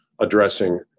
addressing